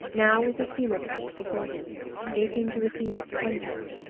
now, with the steamer-trunk before him gaping to receive its contents,